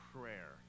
prayer